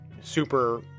super